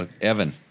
Evan